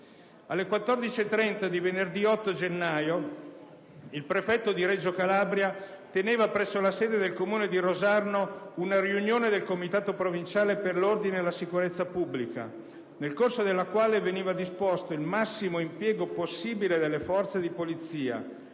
ore 14,30 di venerdì 8 gennaio, il prefetto di Reggio Calabria teneva presso la sede del Comune di Rosarno una riunione del Comitato provinciale per l'ordine e la sicurezza pubblica, nel corso della quale veniva disposto il massimo impiego possibile delle forze di polizia,